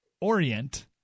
orient